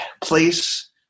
place